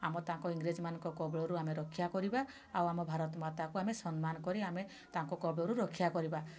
ଆମ ତାଙ୍କ ଇଂରେଜମାନଙ୍କ କବଳରୁ ଆମେ ରକ୍ଷା କରିବା ଆଉ ଆମ ଭାରତ ମାତାକୁ ଆମେ ସମ୍ମାନ କରି ଆମେ ତାଙ୍କ କବଳରୁ ରକ୍ଷା କରିବା